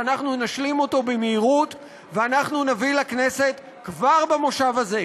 שאנחנו נשלים אותו במהירות ואנחנו נביא לכנסת כבר במושב הזה,